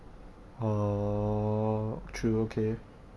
oh true okay